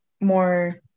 more